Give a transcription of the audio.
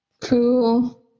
Cool